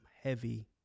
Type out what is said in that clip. heavy